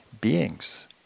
beings